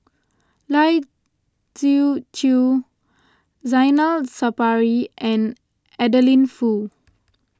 Lai Siu Chiu Zainal Sapari and Adeline Foo